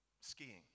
skiing